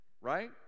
Right